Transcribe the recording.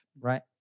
right